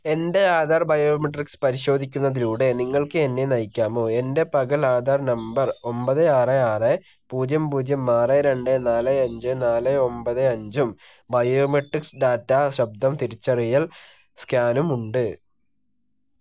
എൻ്റെ ആധാർ ബയോമെട്രിക്സ് പരിശോധിക്കുന്നതിലൂടെ നിങ്ങൾക്ക് എന്നെ നയിക്കാമോ എൻ്റെ പകൽ ആധാർ നമ്പർ ഒമ്പത് ആറ് ആറ് പൂജ്യം പൂജ്യം ആറ് രണ്ട് നാല് അഞ്ച് നാല് ഒമ്പത് അഞ്ചും ബയോമെട്രിക്സ് ഡാറ്റ ശബ്ദം തിരിച്ചറിയൽ സ്കാനും ഉണ്ട്